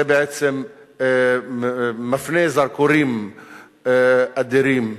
זה בעצם מפנה זרקורים אדירים,